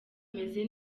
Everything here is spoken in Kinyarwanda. umeze